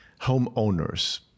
homeowners